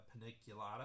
paniculata